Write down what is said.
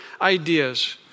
ideas